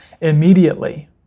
immediately